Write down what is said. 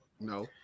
No